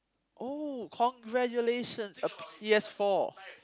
oh congratulations a P_S-four